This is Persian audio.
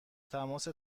تماس